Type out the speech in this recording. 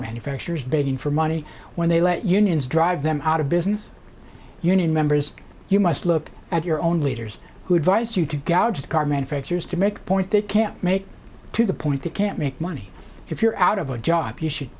manufacturers begging for money when they let unions drive them out of business union members you must look at your own leaders who advised you to gadgets car manufacturers to make point they can't make to the point they can't make money if you're out of a job you should